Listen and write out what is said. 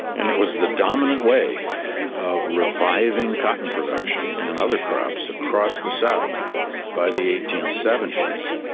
and it was the dominant way of reviving cotton production and other crops across the south by the eighteen seventy s.